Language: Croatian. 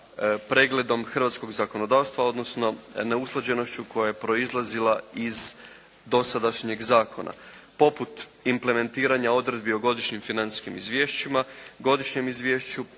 pregledom hrvatskog zakonodavstva, odnosno neusklađenošću koja je proizlazila iz dosadašnjeg zakona poput implementiranja odredbi o godišnjim financijskim izvješćima, godišnjem izvješću,